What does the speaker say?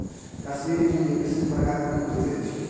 कश्मीरी ऊन एक विशिष्ट प्रकारक ऊन होइत अछि